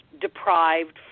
deprived